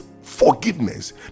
forgiveness